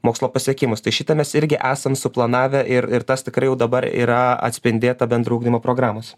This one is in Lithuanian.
mokslo pasiekimus tai šitą mes irgi esam suplanavę ir ir tas tikrai jau dabar yra atspindėta bendro ugdymo programos